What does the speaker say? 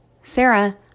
Sarah